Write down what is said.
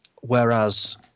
Whereas